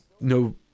no